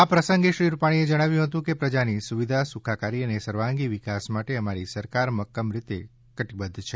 આ પ્રસંગે મુખ્યમંત્રી વિજય રૂપાણીએ જણાવ્યું કે પ્રજાની સુવિધા સુખાકારી અને સર્વાંગી વિકાસ માટે અમારી સરકાર મક્કમ રીતે કટિબદ્ધ છે